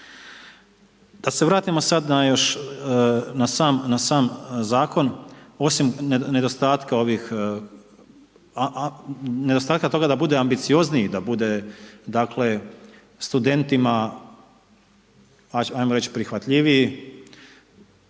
Da se vratimo sada još na sam zakon, osim nedostatka toga da bude ambiciozniji, da bude dakle, studentima ajmo reći prihvatljiviji,